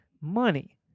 money